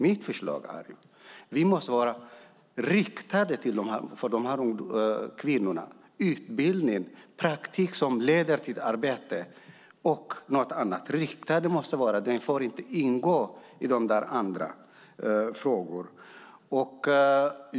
Mitt förslag är att vi riktar oss till dessa kvinnor genom att ge dem utbildning och praktik som leder till arbete. Det stödet måste vara riktat. Det får inte ingå i de andra åtgärderna.